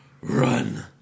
Run